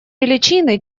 величины